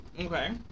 Okay